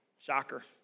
shocker